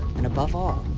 and, above all,